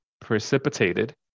precipitated